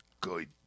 good